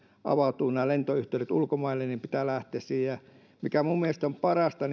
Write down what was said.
avautuvat nämä lentoyhteydet ulkomaille niin pitää lähteä siihen se mikä minun mielestäni on parasta